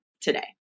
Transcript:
today